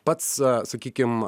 pats sakykim